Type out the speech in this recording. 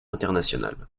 international